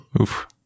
Oof